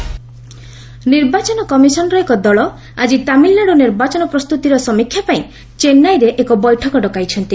EC ରିଭ୍ର୍ୟ meeting ନିର୍ବାଚନ commission ର ଏକ ଦଳ ଆଜି ତାମିଲ୍ନାଡୁ ନିର୍ବାଚନ ପ୍ରସ୍ତୁତିର ସମୀକ୍ଷା ପାଇଁ ଚେନ୍ନାଇରେ ଏକ ବୈଠକ ଡକାଇଛନ୍ତି